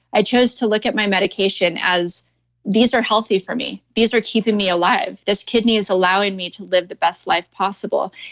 i chose to look at my medication as these are healthy for me. these are keeping me alive. this kidney is allowing me to live the best life possible.